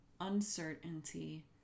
uncertainty